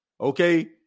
okay